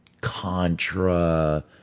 Contra